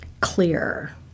clear